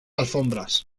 alfombras